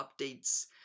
updates